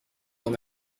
dans